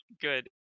good